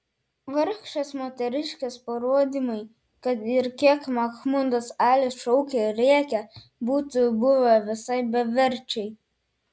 vargšės moteriškės parodymai kad ir kiek mahmudas alis šaukė ir rėkė būtų buvę visai beverčiai